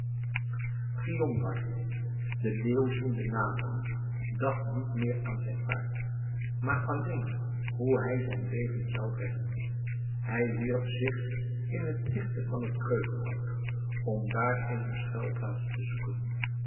giondar den leeuw ziende naderen dacht niet meer aan zijn paard maar alleen hoe hij zijn leven zou redden hij wierp zich in het digste van het kreupelhout om daar eene schuilplaats te zoeken